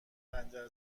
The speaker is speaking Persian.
خنجر